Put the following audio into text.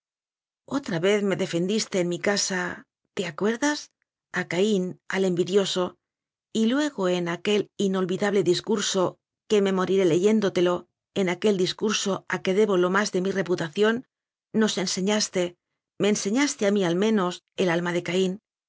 otra vez defendiste en mi casa te acuerdas a caín al envidioso y luego en aquel inolvidable discurso que me moriré le yéndotelo en aquel discurso a que debo lo más de mi reputación nos enseñaste me enseñaste a mí al menos el alma de caín